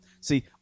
See